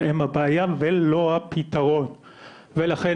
הם הבעיה ולא הפתרון ולכן,